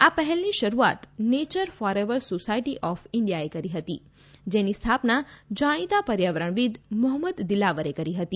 આ પહેલની શરૂઆત નેચર ફોરએવર સોસાયટી ઓફ ઇન્ડિયાએ કરી હતી જેની સ્થાપના જાણીતા પર્યાવરણવિદ મોહમ્મદ દિલાવરે કરી હતી